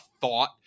thought